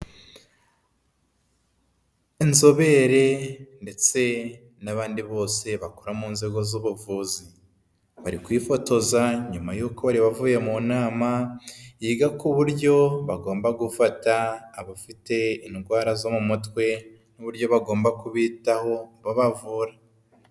Inzobere ndetse n'abandi bose bakora mu nzego z'ubuvuzi bari kwifotoza nyuma y'uko bari bavuye mu nama yiga ku buryo bagomba gufata abafite indwara zo mu mutwe n'uburyo bagomba kubitaho babavura.